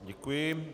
Děkuji.